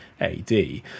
AD